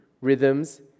rhythms